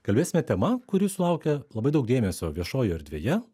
kalbėsime tema kuri sulaukia labai daug dėmesio viešoj erdvėje